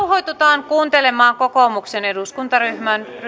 rauhoitutaan kuuntelemaan kokoomuksen eduskuntaryhmän